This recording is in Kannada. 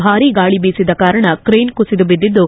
ಭಾರೀ ಗಾಳಿ ಬೀಸಿದ ಕಾರಣ ಕ್ರೇನ್ ಕುಸಿದು ಬಿದ್ದಿದ್ದು